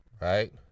right